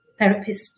therapists